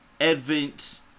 advent